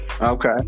okay